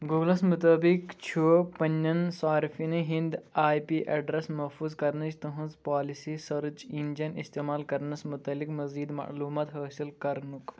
گوٗگلَس مُطٲبِق چھُ پننٮ۪ن صارفیٖنن ہٕنٛدۍ آی پی ایڈریس محفوٗظ کرنٕچ تِہنٛز پالیسی سرٕچ انجن استعمال کرنَس مُتعلِق مٔزیٖد معلوٗمات حٲصِل کرنُکھ